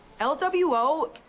LWO